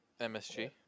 MSG